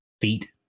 feet